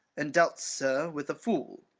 and dealt, sir, with a fool.